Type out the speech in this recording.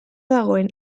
dagoen